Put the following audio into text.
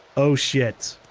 oh shit.